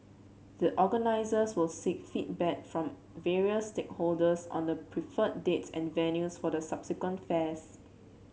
the organisers will seek feedback from various stakeholders on the preferred dates and venues for the subsequent fairs